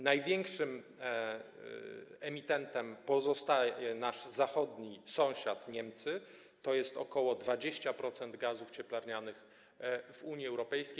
Największym emitentem pozostaje nasz zachodni sąsiad, Niemcy, to jest ok. 20% gazów cieplarnianych w Unii Europejskiej.